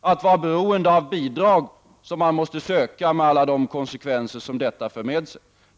att vara beroende av bidrag som de måste söka, med alla de konsekvenser som detta för med sig.